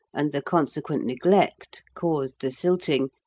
and the consequent neglect caused the silting,